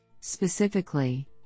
Specifically